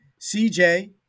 CJ